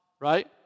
right